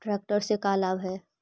Tractor से का लाभ है?